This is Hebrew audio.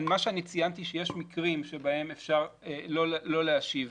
מה שאני ציינתי, שיש מקרים שבהם ניתן לא להשיב,